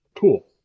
Cool